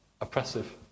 oppressive